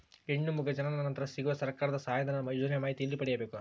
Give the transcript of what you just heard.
ಹೆಣ್ಣು ಮಗು ಜನನ ನಂತರ ಸಿಗುವ ಸರ್ಕಾರದ ಸಹಾಯಧನ ಯೋಜನೆ ಮಾಹಿತಿ ಎಲ್ಲಿ ಪಡೆಯಬೇಕು?